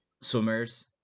swimmers